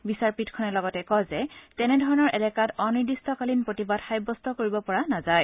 বিচাৰপীঠ খনে লগতে কয় যে তেনে ধৰণৰ এলেকাত অনিৰ্দিষ্টকালীন প্ৰতিবাদ সাৱ্যস্ত কৰিব পৰা নাযায়